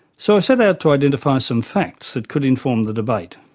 so i set out to identify some facts that could inform the debate.